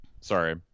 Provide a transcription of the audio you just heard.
Sorry